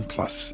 Plus